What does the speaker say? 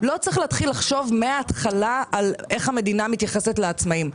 לא צריך להתחיל לחשוב מההתחלה על איך המדינה מתייחסת לעצמאים.